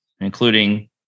including